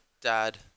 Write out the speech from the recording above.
dad